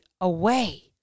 away